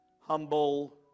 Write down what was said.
humble